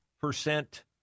percent